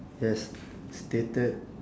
yes stated